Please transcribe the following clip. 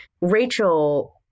Rachel